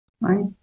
right